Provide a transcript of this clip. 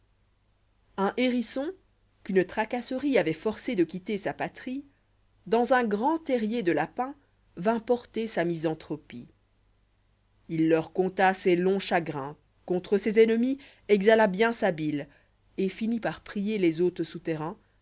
un hérisson qu'une tracasserie avoit forcé de quitter sa patrie dans un grand terrier de lapin vint porter sa misanthropie u leur conta ses longs chagrins contre ses ennemis exhala bien sa bile a fables et finit par prier les hôtes souterrain